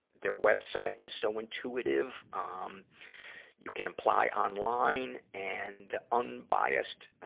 their web site is so intuitive. um you can apply online and the unbiased, ah,